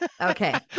Okay